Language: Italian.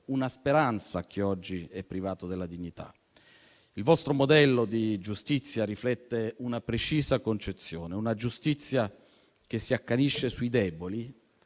una speranza a chi oggi è privato della dignità. Il vostro modello di giustizia riflette una precisa concezione: una giustizia che si accanisce sui deboli,